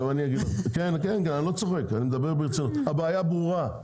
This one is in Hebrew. אני לא צוחק, אני מדבר ברצינות, הבעיה ברורה,